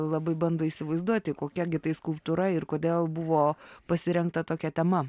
labai bando įsivaizduoti kokia gi tai skulptūra ir kodėl buvo pasirinkta tokia tema